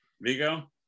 Vigo